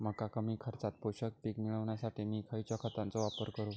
मका कमी खर्चात पोषक पीक मिळण्यासाठी मी खैयच्या खतांचो वापर करू?